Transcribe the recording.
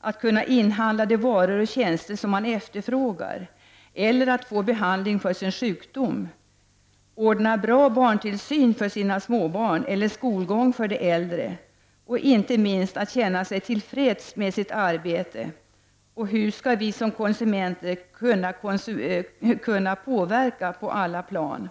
att kunna inhandla de varor och tjänster som man efterfrågar eller att få behandling för sin sjukdom? Hur skall man ordna bra barntillsyn för sina småbarn eller bra skolgång för de äldre barnen? Hur graderas värdet av att känna sig till freds med sitt arbete? Hur skall vi som konsumenter kunna påverka på alla plan?